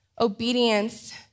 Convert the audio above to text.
Obedience